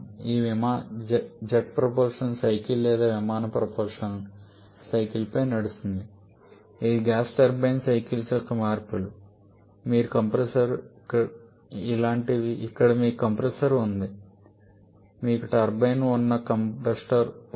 ఈ విమానం jet propulsion cycle లేదా విమానాల ప్రొపల్షన్ సైకిల్స్ పై నడుస్తుంది ఇవి గ్యాస్ టర్బైన్ సైకిల్స్ యొక్క మార్పులు ఇలాంటివి ఇక్కడ మీకు కంప్రెసర్ ఉంది మీకు టర్బైన్ ఉన్న కంబస్టర్ ఉంది